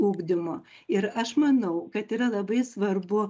ugdymo ir aš manau kad yra labai svarbu